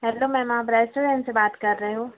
hello ma'am आप restaurant से बात कर रहे हो